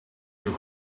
your